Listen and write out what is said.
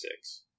six